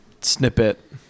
snippet